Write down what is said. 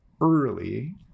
early